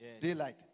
Daylight